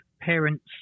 parents